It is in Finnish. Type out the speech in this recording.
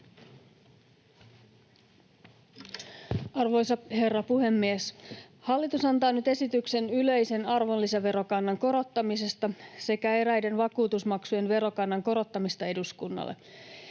Arvoisa herra puhemies! Hallitus antaa nyt eduskunnalle esityksen yleisen arvonlisäverokannan korottamisesta sekä eräiden vakuutusmaksujen verokannan korottamisesta.